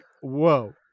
whoa